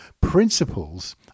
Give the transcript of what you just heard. Principles